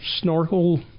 snorkel